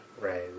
right